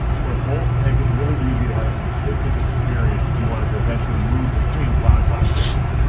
where both make it really easy to have a consistent experience if you wanted to eventually move between cloud platforms.